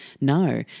No